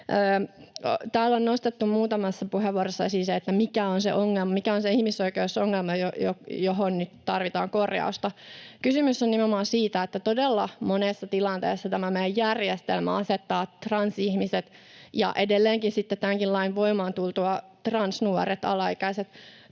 Täällä on nostettu muutamassa puheenvuorossa esiin se, että mikä on se ongelma, mikä on se ihmisoikeusongelma, johon nyt tarvitaan korjausta. Kysymys on nimenomaan siitä, että todella monessa tilanteessa tämä meidän järjestelmä asettaa transihmiset — ja edelleenkin tämänkin lain voimaan tultua transnuoret, alaikäiset